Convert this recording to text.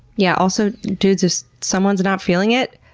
yeah. also, dudes, if someone's not feeling it,